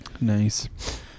Nice